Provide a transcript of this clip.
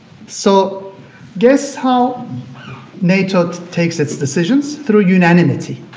so guess how nato takes its decisions. through unanimity,